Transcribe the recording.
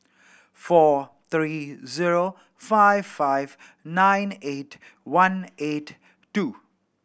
four three zero five five nine eight one eight two